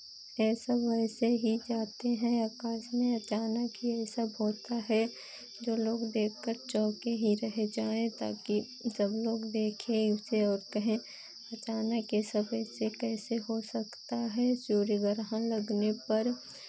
ये सब वैसे ही जाते हैं आकाश में अचानक ही ऐसा होता है जो लोग देखकर चौंके ही रह जाएँ ताकी सब लोग देखें इसे और कहें अचानक ये सब ऐसे कैसे हो सकता है सूर्य ग्रहण लगने पर